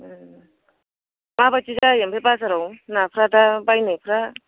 माबायदि जायो ओमफ्राय बाजाराव नाफ्रा दा बायनायफ्रा